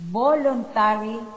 voluntary